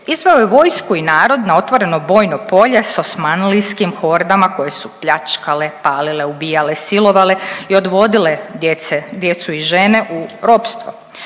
Izveo je vojsku i narod na otvoreno bojno polje sa Osmanlijskim hordama koje su pljačkale, palile, ubijale, silovale i odvodile djecu i žene u ropstvo.